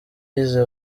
yize